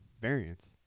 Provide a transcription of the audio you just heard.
variance